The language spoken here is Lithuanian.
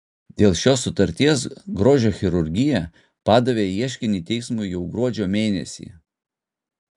dėl šios sutarties grožio chirurgija padavė ieškinį teismui jau gruodžio mėnesį